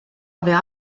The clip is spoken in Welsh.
cofio